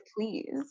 please